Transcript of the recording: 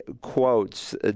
quotes